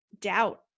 doubt